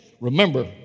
Remember